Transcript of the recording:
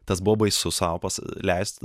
tas buvo baisu sau leist